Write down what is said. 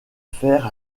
fer